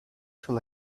shall